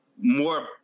more